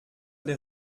den